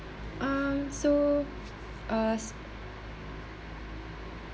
um so as